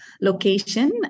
location